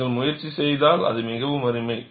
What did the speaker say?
நீங்கள் முயற்சி செய்தால் அது மிகவும் அருமை